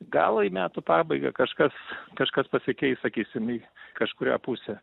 gal į metų pabaigą kažkas kažkas pasikeis sakysim į kažkurią pusę